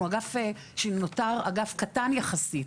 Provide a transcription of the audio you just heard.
אנחנו אגף שנותר אגף קטן יחסית,